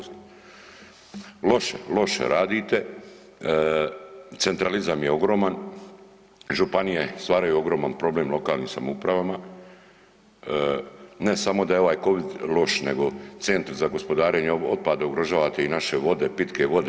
Loše, loše radite, centralizam je ogroman, županije stvaraju ogroman problem lokalnim samoupravama, ne samo da je ovaj Covid loš nego centrom za gospodarenje otpadom ugrožavate i naše vode, pitke vode.